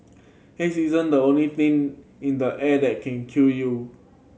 haze isn't the only thing in the air that can kill you